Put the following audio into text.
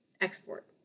export